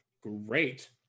Great